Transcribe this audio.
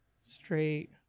straight